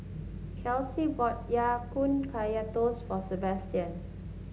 Kelsea bought Ya Kun Kaya Toast for Sebastian